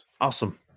awesome